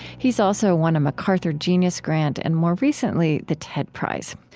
he's also won a macarthur genius grant and, more recently, the ted prize.